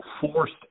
forced